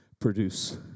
produce